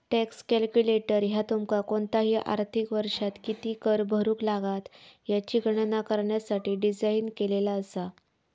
tax calculator ह्या तुमका कोणताही आर्थिक वर्षात किती कर भरुक लागात याची गणना करण्यासाठी डिझाइन केलेला असा